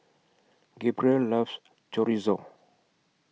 Gabrielle loves Chorizo